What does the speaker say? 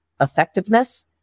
effectiveness